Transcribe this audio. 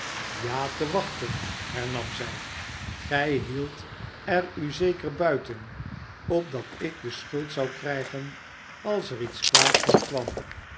ja te wachten hernam zij gij hieldt er u zeker buiten opdat ik de schuld zou krijgen als er iets kwaads van kwam